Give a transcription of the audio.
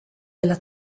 della